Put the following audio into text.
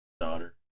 Daughter